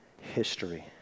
history